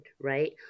right